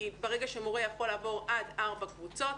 ברגע שמורה יכול לעבור עד ארבע קבוצות,